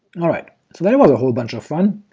all right, so that was a whole bunch of fun.